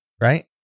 right